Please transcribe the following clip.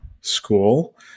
school